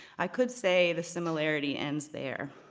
i could say the similarity ends there.